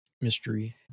mystery